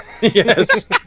Yes